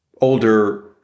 older